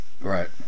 Right